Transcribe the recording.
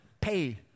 pay